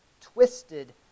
twisted